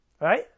Right